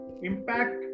impact